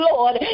Lord